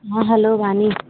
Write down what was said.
ఆ హలో వాణీ